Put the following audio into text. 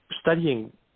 studying